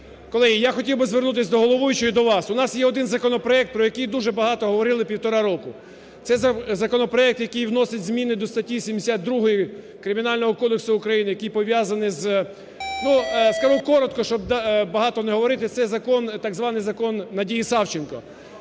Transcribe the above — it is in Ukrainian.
Колеги, я хотів би звернутися до головуючого і до вас. У нас є один законопроект, про який дуже багато говорили півтора року. Це законопроект, який вносить зміни до статті 72 Кримінального кодексу України, який пов'язаний з… Скажу коротко, щоб багато не говорити. Цей закон, так званий "закон Надії Савченко".